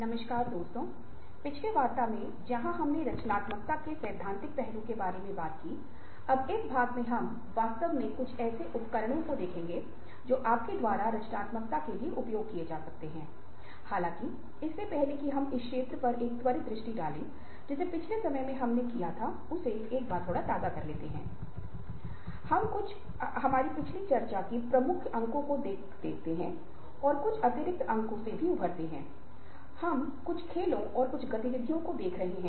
नमस्ते तो एक बार फिर मैं यहां आपके साथ हूं और बहुत ही दिलचस्प विषय के साथ हूं जिसे अनुनय से बातचीत पर्सेप्शन Persuasion से निगोशिएशन Negotiation कहा जाता है क्यों यह विषय संचार के संदर्भ में दिलचस्प है क्योंकि संचार बहुत महत्वपूर्ण भूमिका निभा रहा है जहां तक अनुनय और बातचीत से संबंधित 2 चीजें बहुत ही महत्वपूर्ण हैं इस संदर्भ में हम एक बातचीत के बारे बात करेंगे केंद्र में अगर आपको लगता है कि यह कुछ भी नहीं है लेकिन संचार कौशल और रिश्ते हैं